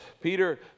Peter